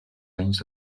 anys